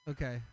Okay